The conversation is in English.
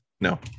No